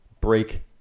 break